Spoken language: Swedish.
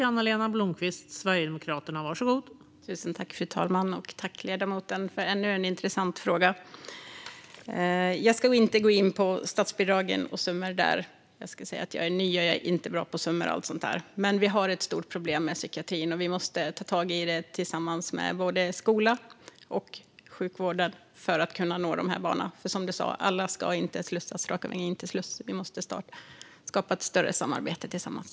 Fru talman! Jag tackar ledamoten för ännu en intressant fråga. Jag ska inte gå in på statsbidragen och summor där. Jag ska säga att jag är ny, och jag är inte bra på summor och allt sådant där. Men vi har ett stort problem med psykiatrin, och vi måste ta tag i det tillsammans med både skolan och sjukvården för att kunna nå de här barnen. Som ledamoten sa ska alla inte slussas raka vägen in till bup. Vi måste skapa ett större samarbete tillsammans.